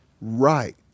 right